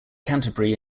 canterbury